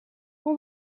hoe